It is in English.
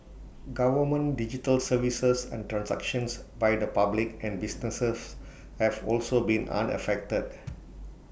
government digital services and transactions by the public and businesses have also been unaffected